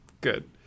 Good